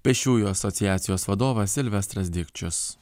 pėsčiųjų asociacijos vadovas silvestras dikčius